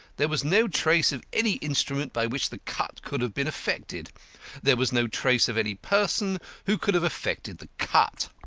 there was no trace of any instrument by which the cut could have been effected there was no trace of any person who could have effected the cut.